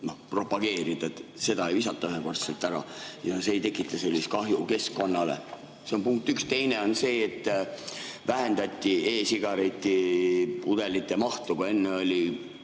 propageerida. Seda ei visata ühekordsena ära ja see ei tekita sellist kahju keskkonnale. See on punkt üks. Teine on see, et vähendati e-sigareti pudelite mahtu. Enne oli